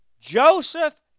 Joseph